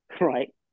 right